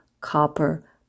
copper